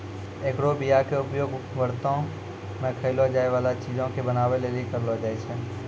एकरो बीया के उपयोग व्रतो मे खयलो जाय बाला चीजो के बनाबै लेली करलो जाय छै